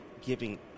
giving